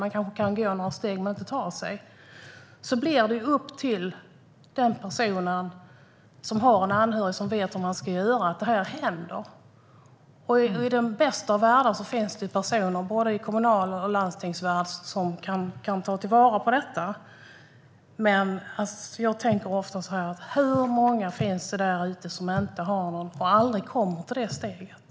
Man kanske kan gå något steg men inte ta sig någonstans. I den bästa av världar finns det personer både i den kommunala världen och i landstingsvärlden som kan ta till vara detta och göra så att det händer, men jag tänker ofta så här att hur många finns det där ute som inte har någon och som aldrig kommer till det steget?